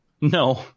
No